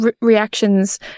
Reactions